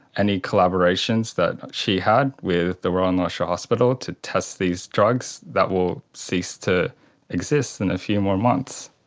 any collaborations that she had with the royal north shore hospital to test these drugs, that will cease to exist in a few more months.